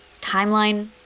timeline